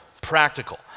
practical